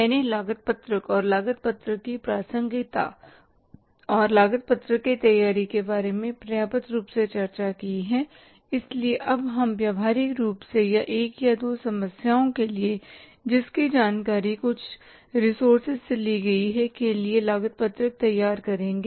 मैंने लागत पत्रक और लागत पत्रक की प्रासंगिकता और लागत पत्रक की तैयारी के बारे में पर्याप्त रूप से चर्चा की है इसलिए अब हम व्यावहारिक रूप से एक या दो समस्याओं के लिए जिसकी जानकारी कुछ रिसोर्सेज से ली गई है के लिए लागत पत्रक तैयार करेंगे